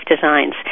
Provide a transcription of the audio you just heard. Designs